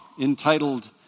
entitled